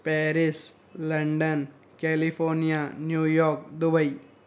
Paris London California New York Dubai